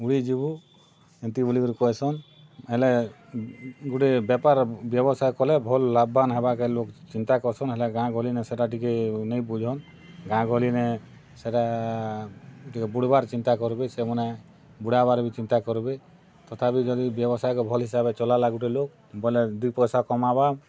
ବୁଡ଼ି ଯିବୁ ଏମିତି ବୋଲି କିରି କହିସନ୍ ହେଲେ ଗୁଟେ ବେପାର୍ ବ୍ୟବସାୟ କଲେ ଭଲ୍ ଲାଭବାନ୍ ହେବାକେ ଲୋକ୍ ଚିନ୍ତା କରୁଛନ୍ ହେଲେ ଗାଁ ଗହଲି ନେ ସେଇଟା ଟିକେ ନେଇ ବୁଝନ୍ ଗାଁ ଗହଲି ନେ ସେଇଟା ଟିକେ ବୁଡ଼ିବାର ଚିନ୍ତା କରିବେ ସେମାନେ ବୁଡ଼ାବାର୍ ବି ଚିନ୍ତା କରବେ ତଥାପି ଯଦି ବ୍ୟବସାୟକ ଭଲ୍ ଭାବେ ଚଲାଲା ଗୁଟେ ଲୋକ୍ ବୋଲେ ଦୁଇ ପଇସା କମାବା